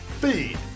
feed